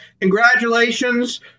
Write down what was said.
congratulations